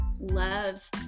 love